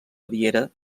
baviera